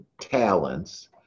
talents